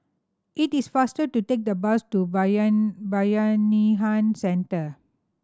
it is faster to take the bus to Bayanihan Centre